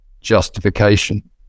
justification